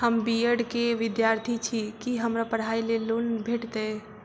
हम B Ed केँ विद्यार्थी छी, की हमरा पढ़ाई लेल लोन भेटतय?